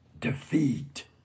defeat